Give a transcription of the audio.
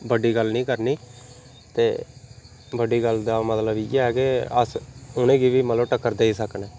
बड्डी गल्ल नी करनी ते बड्डी गल्ल दा मतलब इ'यै कि अस उनें गी बी मतलब टक्कर देई सकने